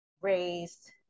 Raised